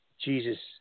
Jesus